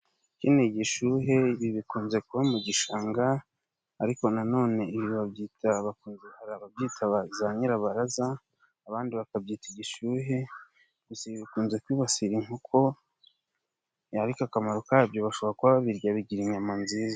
Iki ni igishuhe, ibi bikunze kuba mu gishanga ariko na none ibi babyita bakunze hari ababyita za nyirabaraza abandi bakabyita igishuhe, gusa bikunze kwibasira inkoko ariko akamaro kabyo bashobora kuba babirya bigira inyama nziza.